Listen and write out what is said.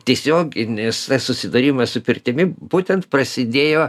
tiesioginis susidūrimas su pirtimi būtent prasidėjo